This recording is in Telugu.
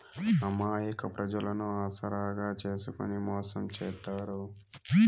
అమాయక ప్రజలను ఆసరాగా చేసుకుని మోసం చేత్తారు